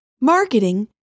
marketing